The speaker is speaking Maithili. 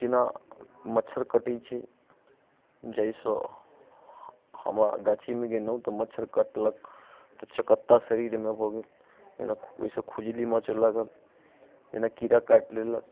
जेना मच्छर कटै छै जाहि सँ हमरा गाछीमे गेलहुँ तऽ मच्छर कटलक तऽ चकत्ता शरीरमे भऽ गेल जेना ओइसँ खुजली मचऽ लागल जेना कीड़ा काटि लेलक